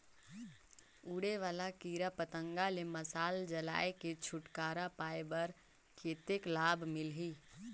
उड़े वाला कीरा पतंगा ले मशाल जलाय के छुटकारा पाय बर कतेक लाभ मिलही?